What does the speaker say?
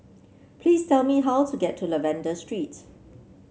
please tell me how to get to Lavender Street